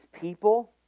people